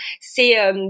c'est